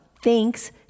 thanks